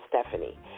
Stephanie